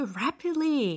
rapidly